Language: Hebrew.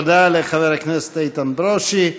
תודה לחבר הכנסת איתן ברושי.